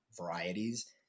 varieties